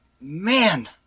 man